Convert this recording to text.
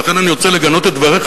ולכן אני רוצה לגנות את דבריך,